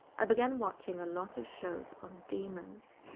i began watching a lot of shows on demons.